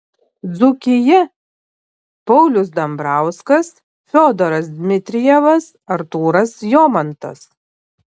dzūkija paulius dambrauskas fiodoras dmitrijevas artūras jomantas